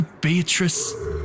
Beatrice